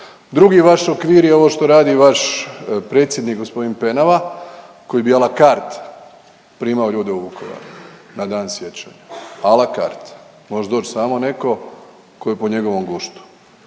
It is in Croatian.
Drugi vaš okvir je ovo što radi vaš predsjednik gospodin Penava koji bi a la carte primao ljude u Vukovar, na Dan sjećanja. A la carte. Može doći samo netko tko je po njegovom guštu.